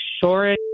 sure